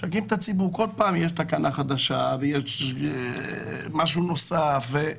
כל פעם יש תקלה חדשה ויש משהו נוסף.